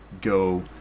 go